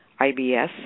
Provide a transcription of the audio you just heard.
IBS